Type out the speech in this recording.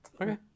Okay